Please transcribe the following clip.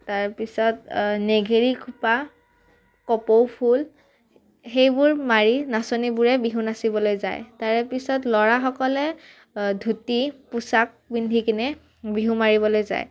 তাৰপিছত নেঘেৰী খোপা কপৌ ফুল সেইবোৰ মাৰি নাচনীবোৰে বিহু নাচিবলৈ যায় তাৰে পিছত ল'ৰাসকলে ধুতি পোচাক পিন্ধি কিনে বিহু মাৰিবলৈ যায়